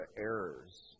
errors